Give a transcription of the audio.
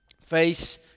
face